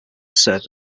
served